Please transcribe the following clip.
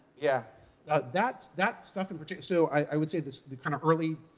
yeah that's that's stuff in particular so i would say this, the kind of early